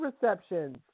receptions